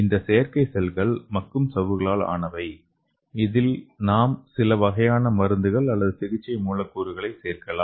இந்த செயற்கை செல்கள் மக்கும் சவ்வுகளால் ஆனவை இதில் நாம் சில வகையான மருந்துகள் அல்லது சிகிச்சை மூலக்கூறுகளை சேர்க்கலாம்